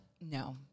No